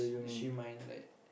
does she mind like